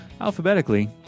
alphabetically